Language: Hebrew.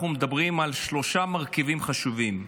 אנחנו מדברים על שלושה מרכיבים חשובים.